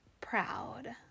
proud